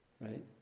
Right